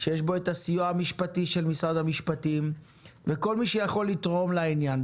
שיש בו את הסיוע המשפטי של משרד המשפטים וכל מי שיכול לתרום לעניין".